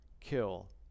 kill